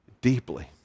deeply